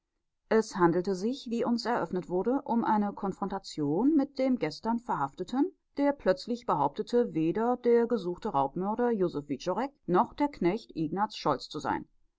es handelte sich wie uns eröffnet wurde um eine konfrontation mit dem gestern verhafteten der plötzlich behaupte weder der gesuchte raubmörder josef wiczorek noch der knecht ignaz scholz zu sein